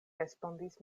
respondis